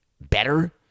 better